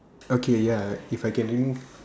okay ya if I can remove